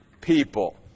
people